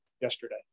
yesterday